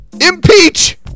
Impeach